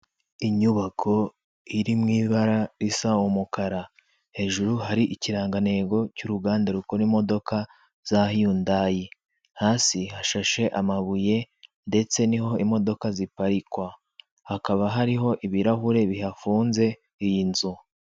Inyubako iri mu ibara risa umukara hejuru hari ikirangantego cy'uruganda rukora imodoka za yundayi. Hasi hashashe amabuye ndetse niho imodoka ziparikwa, hakaba hariho ibirahure bihafunze iyi nzu.